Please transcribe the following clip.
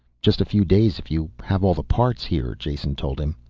just a few days if you have all the parts here, jason told him.